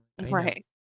right